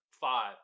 five